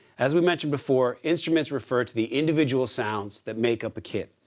as we mentioned before, instruments refer to the individual sounds that make up the kit.